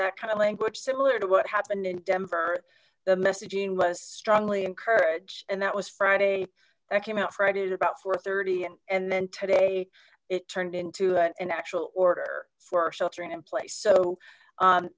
that kind of language similar to what happened in denver the messaging was strongly encouraged and that was friday that came out friday at about and and then today it turned into an actual order for our sheltering in place so